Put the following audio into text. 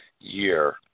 year